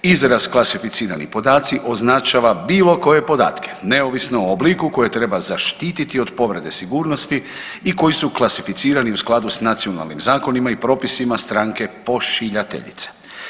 Izraz klasificirani podaci označava bilo koje podatke neovisno o obliku koji treba zaštititi od povrede sigurnosti i koji su klasificirani u skladu s nacionalnim zakonima i propisima stranke pošiljateljice.